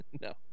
No